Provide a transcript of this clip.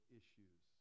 issues